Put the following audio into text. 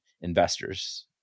investors